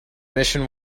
mission